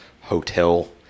hotel